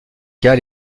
cas